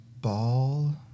ball